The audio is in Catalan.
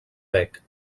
bec